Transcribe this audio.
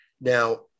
Now